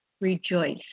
Rejoice